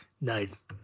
nice